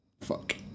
Fuck